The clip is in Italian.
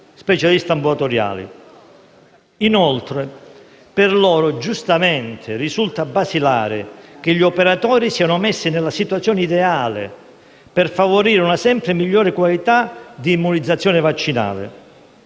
Inoltre, per loro, giustamente, risulta basilare che gli operatori siamo messi nella situazione ideale per favorire una sempre migliore qualità di immunizzazione vaccinale.